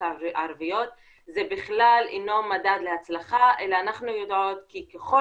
ערביות זה בכלל אינו מדד להצלחה אלא אנחנו יודעות כי ככל